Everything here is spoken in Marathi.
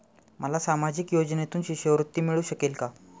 मला सामाजिक योजनेतून शिष्यवृत्ती मिळू शकेल का?